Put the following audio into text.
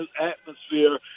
atmosphere